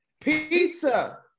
Pizza